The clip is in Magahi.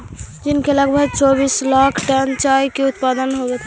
चीन में लगभग चौबीस लाख टन चाय के उत्पादन होवऽ हइ